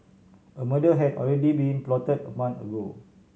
a murder had already been plotted a month ago